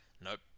Nope